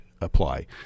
apply